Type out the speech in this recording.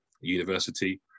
university